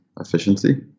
efficiency